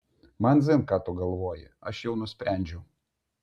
man dzin ką tu galvoji aš jau nusprendžiau